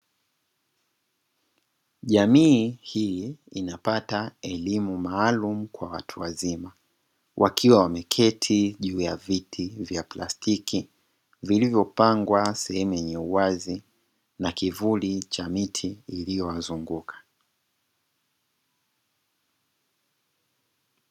Jamii hii inapata elimu maalumu kwa watu wazima, wakiwa wameketi juu ya viti vya plastiki; vilivyopangwa eneo la uwazi na kivuli cha miti iliyowazunguka.